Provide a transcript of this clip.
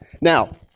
Now